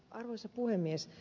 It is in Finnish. arvoisa puhemies